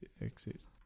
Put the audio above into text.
exist